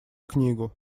книгу